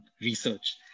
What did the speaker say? research